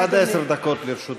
ההצעה קיבלה פטור מחובת